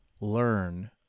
learn